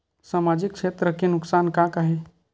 सामाजिक क्षेत्र के नुकसान का का हे?